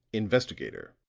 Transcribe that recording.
investigator,